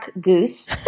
goose